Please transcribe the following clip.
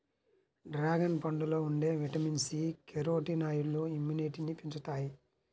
dragon పండులో ఉండే vitamin C, కెరోటినాయిడ్లు ఇమ్యునిటీని పెంచుతాయి